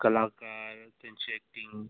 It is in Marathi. कलाकार त्याची अॅक्टिंग